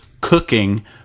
cooking